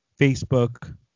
Facebook